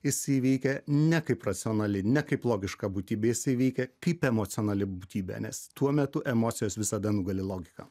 jis įveikia ne kaip racionali ne kaip logišką būtybės įvykę kaip emocionali būtybė nes tuo metu emocijos visada nugali logika